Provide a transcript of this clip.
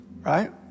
right